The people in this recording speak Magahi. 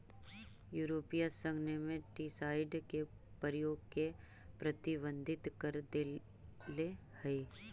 यूरोपीय संघ नेमेटीसाइड के प्रयोग के प्रतिबंधित कर देले हई